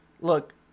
look